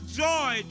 joy